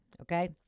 okay